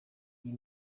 iyi